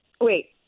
Wait